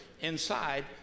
inside